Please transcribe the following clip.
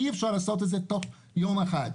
אי אפשר לעשות את זה תוך יום אחד.